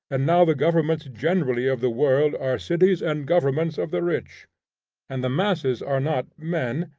and now the governments generally of the world are cities and governments of the rich and the masses are not men,